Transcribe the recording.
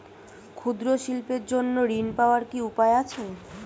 ক্ষুদ্র শিল্পের জন্য ঋণ পাওয়ার কি উপায় আছে?